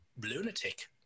lunatic